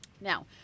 now